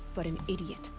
but an idiot.